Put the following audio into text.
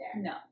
no